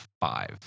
five